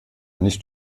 nicht